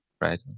right